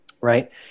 Right